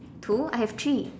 two I have three